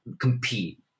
compete